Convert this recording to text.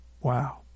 Wow